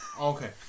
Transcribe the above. Okay